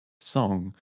song